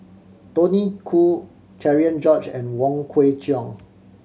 Tony Khoo Cherian George and Wong Kwei Cheong